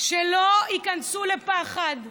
שלא ייכנסו לפחד.